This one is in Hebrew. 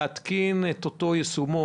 להתקין את אותו יישום.